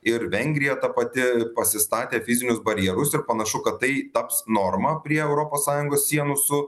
ir vengrija ta pati pasistatė fizinius barjerus ir panašu kad tai taps norma prie europos sąjungos sienų su